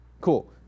Cool